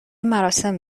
مراسم